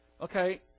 Okay